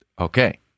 Okay